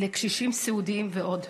לקשישים סיעודיים ועוד.